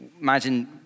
imagine